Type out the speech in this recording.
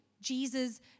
Jesus